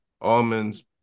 almonds